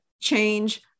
change